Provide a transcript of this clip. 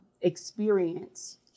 experience